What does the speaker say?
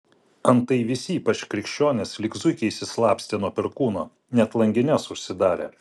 antai visi ypač krikščionys lyg zuikiai išsislapstė nuo perkūno net langines užsidarė